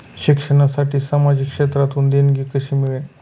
शिक्षणासाठी सामाजिक क्षेत्रातून देणगी कशी मिळेल?